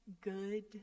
good